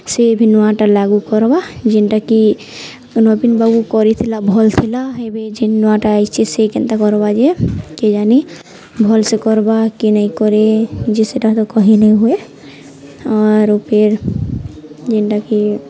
ସେ ଭି ନୂଆଟା ଲାଗୁ କର୍ବା ଯେନ୍ଟାକି ନବିନ୍ ବାବୁ କରିଥିଲା ଭଲ୍ ଥିଲା ଏବେ ଯେନ୍ ନୂଆଟା ଆଇଛେ ସେ କେନ୍ତା କର୍ବା ଯେ କିଏ ଜାନି ଭଲସେ କର୍ବା କିଏ ନାଇଁ କରେ ଯେ ସେଟା ତ କହି ନାଇଁ ହୁଏ ଆର୍ ଫିର୍ ଯେନ୍ଟାକି